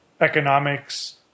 economics